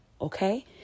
Okay